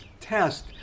test